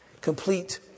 complete